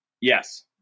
Yes